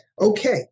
okay